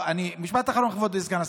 משפט אחרון, כבוד סגן השר.